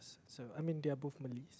so I mean they're both Malay